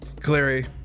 Clary